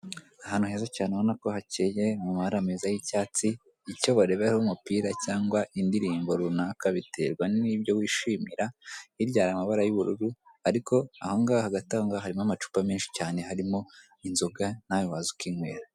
Ahantu heza cyane ubona ko hakeye mu mabara meza y'icyatsi icyo bareberaho umupira cyangwa indirimbo runaka biterwa n'ibyo wishimira hirya hari amabara y'ubururu ariko ahongaho hagati ahongaho harimo amacupa menshi cyane harimo inzoga nawe waza ukinywera.